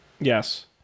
Yes